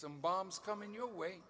some bombs coming your way